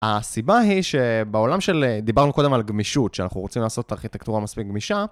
הסיבה היא שבעולם של אה.., דיברנו קודם על גמישות שאנחנו רוצים לעשות ארכיטקטורה מספיק גמישה